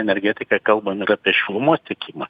energetiką kalbam ir apie šilumos tiekimą